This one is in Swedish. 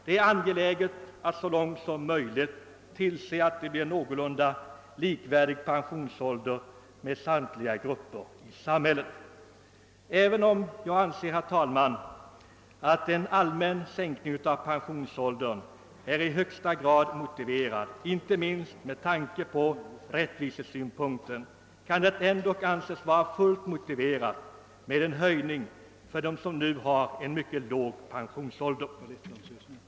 Det är angeläget att så långt som möjligt tillse att det blir en någorlunda likvärdig pensionsålder för samtliga grupper i samhället. även om jag anser, herr talman, att en allmän sänkning av pensionsåldern är i högsta grad motiverad, inte minst från rättvisesynpunkt, kan det ändock anses vara fullt berättigat med en höjning för dem som nu har en mycket låg pensionsålder.